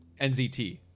nzt